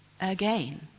again